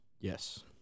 Yes